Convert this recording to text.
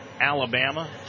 Alabama